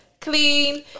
clean